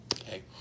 Okay